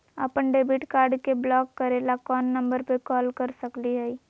अपन debit card के block करे ला कौन नंबर पे कॉल कर सकली हई?